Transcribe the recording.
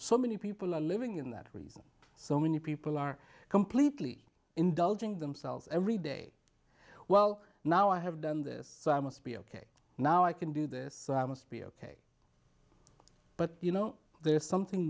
so many people are living in that reason so many people are completely indulging themselves every day well now i have done this so i must be ok now i can do this so i must be ok but you know there's something